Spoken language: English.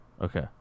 Okay